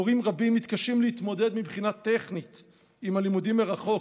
מורים רבים מתקשים להתמודד מבחינה טכנית עם הלימודים מרחוק.